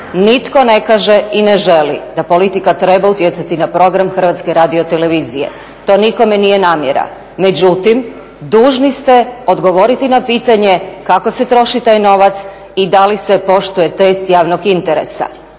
nitko ne kaže i ne želi da politika treba utjecati na program HRT-a, to nikome nije namjera, međutim dužni ste odgovoriti na pitanje kako se troši taj novac i da li se poštuje test javnog interesa,